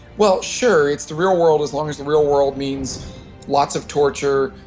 well, sure, it's the real world, as long as the real world means lots of torture,